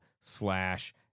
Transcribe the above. slash